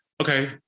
Okay